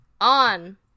on